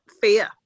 fear